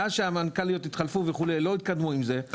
מאז שהמנכ"ליות התחלפו לא התקדמו עם זה,